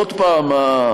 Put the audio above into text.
עוד פעם,